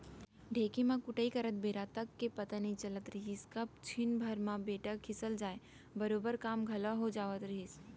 ढेंकी म कुटई करत बेरा तक के पता नइ चलत रहिस कब छिन भर म बेटा खिसल जाय बरोबर काम घलौ हो जावत रहिस